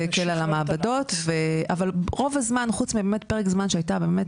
זה הקל על המעבדות אבל חוץ באמת מפרק זמן שהייתה באמת